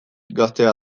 gaztea